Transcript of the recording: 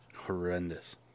horrendous